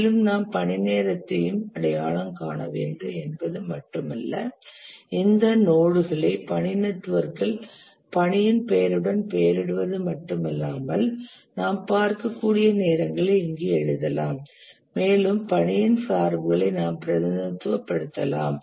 மேலும் நாம் பணி நேரத்தையும் அடையாளம் காண வேண்டும் என்பது மட்டுமல்ல இந்த நோட் களை பணி நெட்வொர்க்கில் பணியின் பெயருடன் பெயரிடுவது மட்டுமல்லாமல் நாம் பார்க்கக்கூடிய நேரங்களை இங்கு எழுதலாம் மேலும் பணியின் சார்புகளை நாம் பிரதிநிதித்துவப்படுத்தலாம்